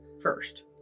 First